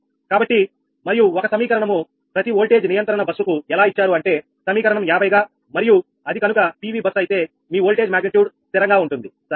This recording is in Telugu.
కాబట్టి మరియు ఒక సమీకరణము ప్రతి ఓల్టేజ్ నియంత్రణ బస్సు కు ఎలా ఇచ్చారు అంటే సమీకరణం 50 గా మరియు అది కనుక PV బస్ అయితే మీ ఓల్టేజ్ మాగ్నిట్యూడ్ స్థిరంగా ఉంటుంది సరేనా